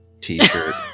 T-shirt